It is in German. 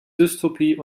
dystopie